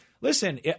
listen